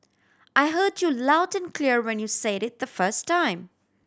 I heard you loud and clear when you said it the first time